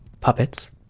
puppets